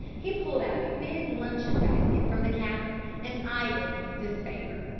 he pulled out a big luncheon basket from the cabin and eyed it with disfavour.